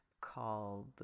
called